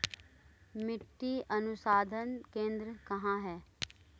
मिट्टी अनुसंधान केंद्र कहाँ है?